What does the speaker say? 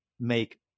make